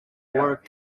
work